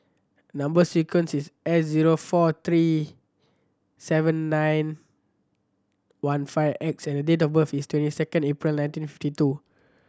number sequence is S zero four three seven nine one five X and the date of birth is twenty second April nineteen fifty two